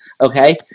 okay